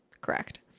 correct